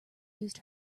used